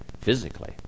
physically